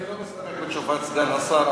אני לא מסתפק בתשובת סגן השר,